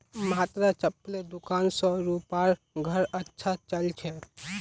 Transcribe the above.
मात्र चप्पलेर दुकान स रूपार घर अच्छा चल छ